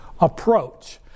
approach